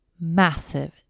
massive